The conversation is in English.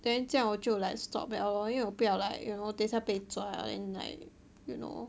then 叫我就 like stop 了因为我不要 like you know 被抓了 then like you know